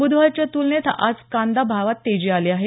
ब्धवारच्या तूलनेत आज कांदा भावात तेजी आली आहे